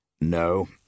No